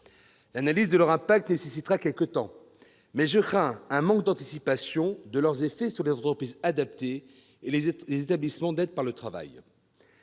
L'analyse de leurs effets nécessitera quelque temps, mais je crains un manque d'anticipation de ces effets sur les entreprises adaptées et les établissements d'aide par le travail.